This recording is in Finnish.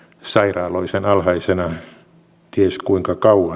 sairaalloisen alhaisena ties kuinka kauan